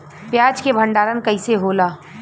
प्याज के भंडारन कइसे होला?